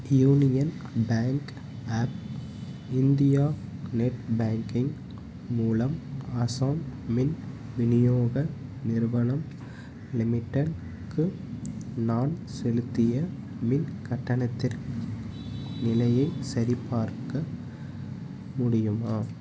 union Bank of India net banking மூலம் அசாம் மின் விநியோக நிறுவனம் லிமிடெட்டுக்கு நான் செலுத்திய மின் கட்டணத்தின் நிலையை சரிபார்க்க முடியுமா